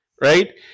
right